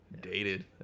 Dated